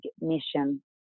mission